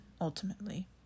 ultimately